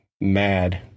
mad